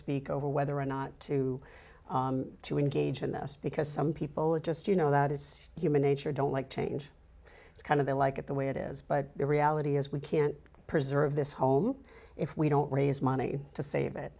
speak over whether or not to to engage in this because some people are just you know that is human nature don't like change it's kind of they like it the way it is but the reality is we can't preserve this home if we don't raise money to save it